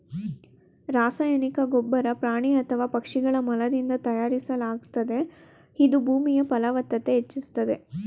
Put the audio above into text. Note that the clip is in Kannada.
ರಾಸಾಯನಿಕ ಗೊಬ್ಬರ ಪ್ರಾಣಿ ಅಥವಾ ಪಕ್ಷಿಗಳ ಮಲದಿಂದ ತಯಾರಿಸಲಾಗ್ತದೆ ಇದು ಭೂಮಿಯ ಫಲವ್ತತತೆ ಹೆಚ್ಚಿಸ್ತದೆ